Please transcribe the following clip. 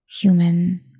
human